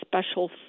special